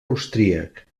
austríac